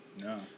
No